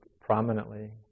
prominently